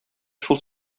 шул